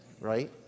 right